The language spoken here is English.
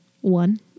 one